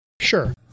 sure